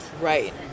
Right